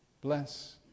bless